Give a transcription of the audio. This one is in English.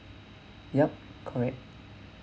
yup correct